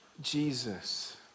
Jesus